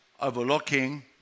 overlooking